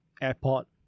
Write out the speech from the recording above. airport